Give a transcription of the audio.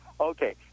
Okay